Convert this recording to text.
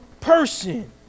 person